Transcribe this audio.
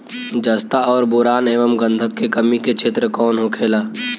जस्ता और बोरान एंव गंधक के कमी के क्षेत्र कौन होखेला?